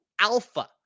alpha